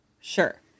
Sure